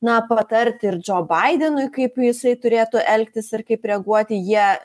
na patarti ir džo baidenui kaip jisai turėtų elgtis ir kaip reaguoti jie